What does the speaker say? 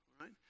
right